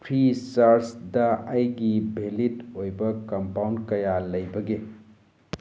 free ꯆꯥꯔꯖꯇ ꯑꯩꯒꯤ ꯚꯦꯂꯤꯠ ꯑꯣꯏꯕ ꯀꯝꯄꯥꯎꯟ ꯀꯌꯥ ꯂꯩꯕꯒꯦ